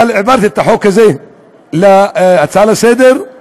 הפכתי את החוק הזה להצעה לסדר-היום,